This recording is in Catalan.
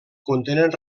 contenen